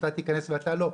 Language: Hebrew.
אתה תיכנס ואתה לא.